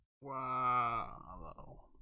Wow